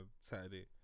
saturday